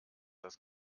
das